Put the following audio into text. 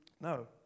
No